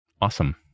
Awesome